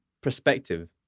perspective